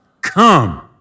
come